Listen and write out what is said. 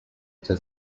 does